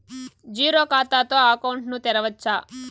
Zero ఖాతా తో account ను తెరవచ్చా?